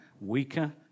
weaker